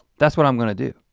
that's what i'm gonna do.